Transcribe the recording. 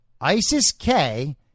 ISIS-K